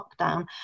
lockdown